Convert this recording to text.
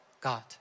God